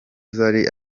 zari